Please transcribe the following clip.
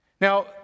Now